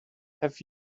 have